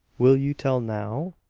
will you tell now?